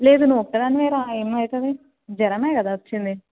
లేదు నువ్వు ఒక్కదానివే రా ఏమవుతుంది జ్వరమే కదా వచ్చింది